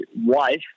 wife